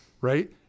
right